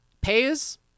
pays